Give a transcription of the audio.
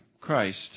Christ